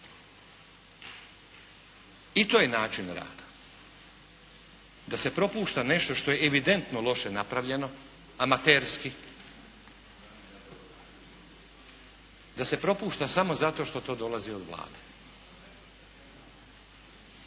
I to je način rada, da se propušta nešto što je evidentno loše napravljeno, amaterski, da se propušta samo zato što to dolazi od Vlade.